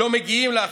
לא מגיעים לה,